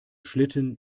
schlitten